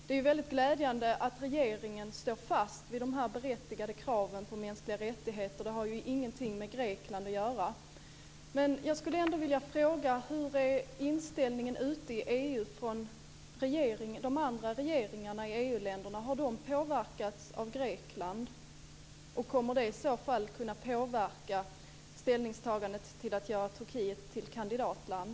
Det är väldigt glädjande att regeringen står fast vid de berättigade kraven på mänskliga rättigheter. Det har ingenting med Grekland att göra. Jag skulle ändå vilja fråga hur inställningen är ute i EU från de andra regeringarna i EU-länderna. Har de påverkats av Grekland, och kommer det i så fall att kunna påverka ställningstagandet till att göra Turkiet till ett kandidatland?